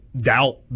Doubt